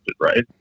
right